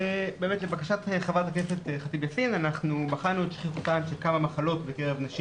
לבקשת ח"כ ח'טיב יאסין בחנו את שכיחותן של כמה מחלות בקרב נשים